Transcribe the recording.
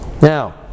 Now